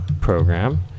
program